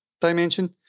dimension